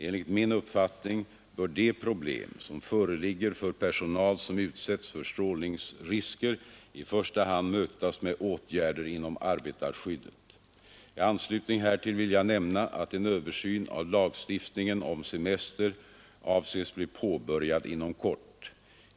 Enligt min uppfattning bör de problem som föreligger för personal som utsätts för strålningsrisker i första hand mötas med åtgärder inom arbetarskyddet. I anslutning härtill vill jag nämna att en översyn av lagstiftningen om semester avses bli påbörjad inom kort.